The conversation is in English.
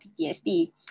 PTSD